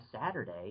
Saturday